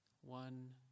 one